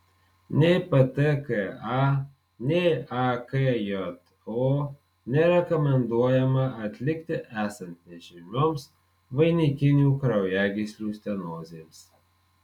nei ptka nei akjo nerekomenduojama atlikti esant nežymioms vainikinių kraujagyslių stenozėms